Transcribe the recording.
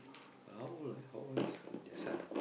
how old eh how old is their son